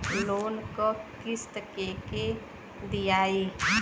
Loan क किस्त के के दियाई?